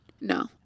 No